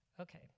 Okay